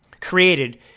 created